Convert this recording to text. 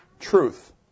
truth